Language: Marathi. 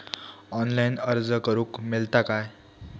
ऑनलाईन अर्ज करूक मेलता काय?